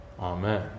Amen